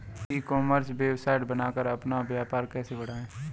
ई commerce website बनाकर अपना व्यापार कैसे बढ़ाएँ?